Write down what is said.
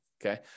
Okay